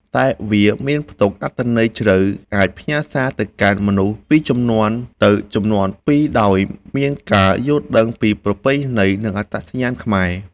តែវាមាន ផ្ទុកអត្ថន័យជ្រៅ អាចផ្ញើសារទៅកាន់មនុស្សពីជំនាន់ទៅជំនាន់ពីរដោយមានការយល់ដឹងពីប្រពៃណី និងអត្តសញ្ញាណខ្មែរ។